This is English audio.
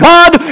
God